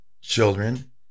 children